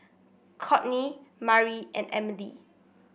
Cortney Mari and Emilie